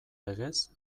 legez